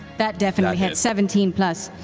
that definitely hit, seventeen plus.